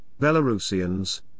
Belarusians